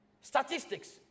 statistics